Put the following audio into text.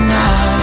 now